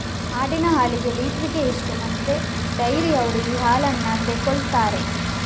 ಆಡಿನ ಹಾಲಿಗೆ ಲೀಟ್ರಿಗೆ ಎಷ್ಟು ಮತ್ತೆ ಡೈರಿಯವ್ರರು ಈ ಹಾಲನ್ನ ತೆಕೊಳ್ತಾರೆ?